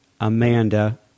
Amanda